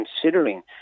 considering